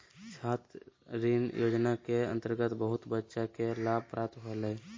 छात्र ऋण योजना के अंतर्गत बहुत बच्चा के लाभ प्राप्त होलय